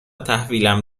تحویلم